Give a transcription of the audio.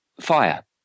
fire